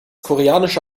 koreanische